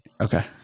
Okay